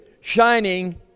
shining